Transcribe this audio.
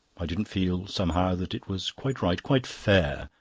i didn't feel, somehow, that it was quite right, quite fair,